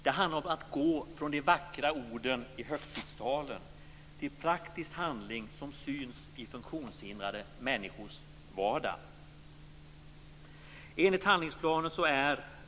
Det handlar om att gå från de vackra orden i högtidstalen till praktisk handling som syns i funktionshindrade människors vardag.